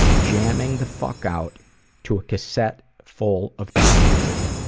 jamming the fuck out to a cassette full of tuba music.